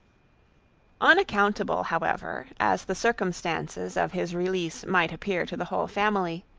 unaccountable, however, as the circumstances of his release might appear to the whole family,